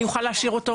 אני אוכל להשאיר אותו.